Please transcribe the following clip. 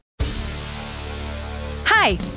Hi